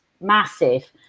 massive